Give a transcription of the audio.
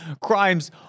crimes